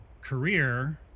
career